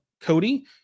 Cody